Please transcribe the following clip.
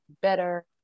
better